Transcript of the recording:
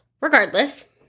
regardless